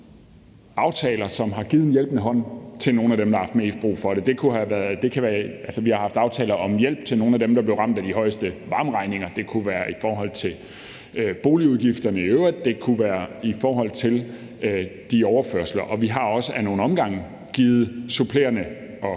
aftaler, som har givet en hjælpende hånd til nogle af dem, der har haft mest brug for det. Vi har haft aftaler om hjælp til nogle af dem, der blev ramt af de højeste varmeregninger, det kunne være i forhold til boligudgifterne i øvrigt, og det kunne være i forhold til de overførsler. Vi har også ad nogle omgange givet supplerende og